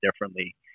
differently